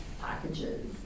packages